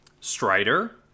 Strider